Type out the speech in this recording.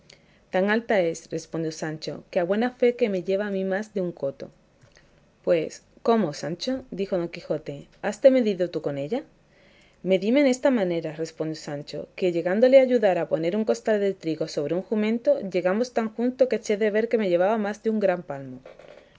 tan alta es respondió sancho que a buena fe que me lleva a mí más de un coto pues cómo sancho dijo don quijote haste medido tú con ella medíme en esta manera respondió sancho que llegándole a ayudar a poner un costal de trigo sobre un jumento llegamos tan juntos que eché de ver que me llevaba más de un gran palmo